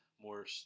more